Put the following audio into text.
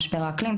משבר האקלים,